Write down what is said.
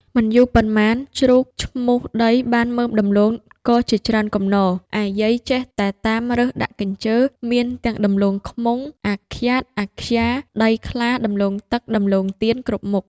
មិនយូរប៉ុន្មានជ្រូកឈ្មូសដីបានមើមដំំឡូងគរជាច្រើនគំនរ ឯយាយចេះតែតាមរើសដាក់កព្ជើាមានទាំងដំឡូងខ្មុង អខ្យាត អខ្យា ដៃខ្លា ដំឡូងទឹក ដំឡូងទានគ្រប់មុខ